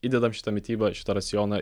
įdedam šitą mitybą šitą racioną